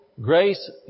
grace